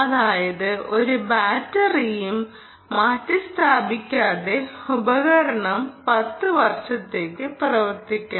അതായത് ഒരു ബാറ്ററിയും മാറ്റിസ്ഥാപിക്കാതെ ഉപകരണം 10 വർഷത്തേക്ക് പ്രവർത്തിക്കണം